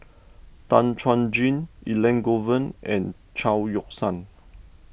Tan Chuan Jin Elangovan and Chao Yoke San